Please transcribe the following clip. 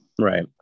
right